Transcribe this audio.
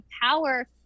power